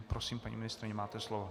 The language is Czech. Prosím, paní ministryně, máte slovo.